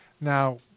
Now